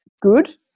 good